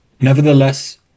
Nevertheless